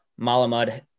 Malamud